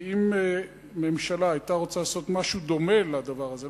כי אם ממשלה היתה רוצה לעשות משהו דומה לדבר הזה,